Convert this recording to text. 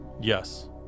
Yes